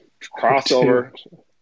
Crossover